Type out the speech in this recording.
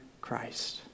Christ